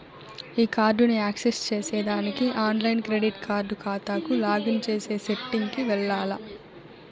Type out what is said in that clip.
ఈ కార్డుని యాక్సెస్ చేసేదానికి ఆన్లైన్ క్రెడిట్ కార్డు కాతాకు లాగిన్ చేసే సెట్టింగ్ కి వెల్లాల్ల